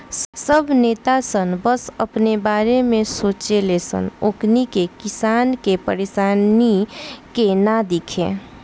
सब नेता सन बस अपने बारे में सोचे ले सन ओकनी के किसान के परेशानी के ना दिखे